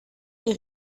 les